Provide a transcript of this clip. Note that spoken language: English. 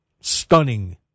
stunning